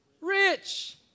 rich